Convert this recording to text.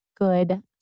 good